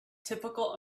typical